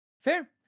fair